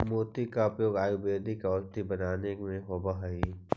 मोती का उपयोग आयुर्वेद में औषधि बनावे में होवअ हई